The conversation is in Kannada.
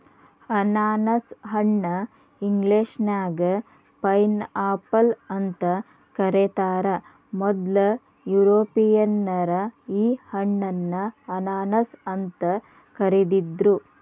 ಅನಾನಸ ಹಣ್ಣ ಇಂಗ್ಲೇಷನ್ಯಾಗ ಪೈನ್ಆಪಲ್ ಅಂತ ಕರೇತಾರ, ಮೊದ್ಲ ಯುರೋಪಿಯನ್ನರ ಈ ಹಣ್ಣನ್ನ ಅನಾನಸ್ ಅಂತ ಕರಿದಿದ್ರು